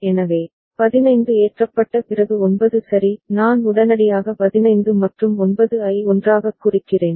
எனவே 15 ஏற்றப்பட்ட பிறகு 9 சரி நான் உடனடியாக 15 மற்றும் 9 ஐ ஒன்றாகக் குறிக்கிறேன்